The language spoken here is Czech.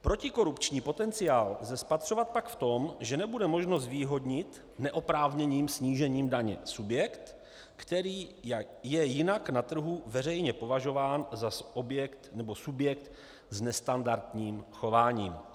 Protikorupční potenciál lze pak spatřovat v tom, že nebude možno zvýhodnit neoprávněným snížením daně subjekt, který je jinak na trhu veřejně považován za subjekt s nestandardním chováním.